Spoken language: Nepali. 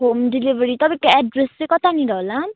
होम डेलिभरी तपाईँको एड्रेस चाहिँ कतानिर होला